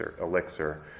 elixir